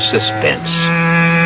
Suspense